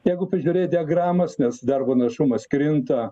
tegu pažiūri diagramas nes darbo našumas krinta